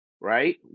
Right